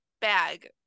bag